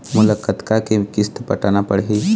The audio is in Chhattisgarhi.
मोला कतका के किस्त पटाना पड़ही?